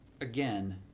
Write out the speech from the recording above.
again